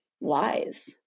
lies